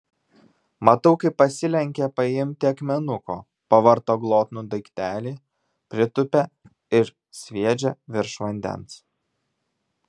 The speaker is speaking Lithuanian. matau kaip pasilenkia paimti akmenuko pavarto glotnų daiktelį pritūpia ir sviedžia virš vandens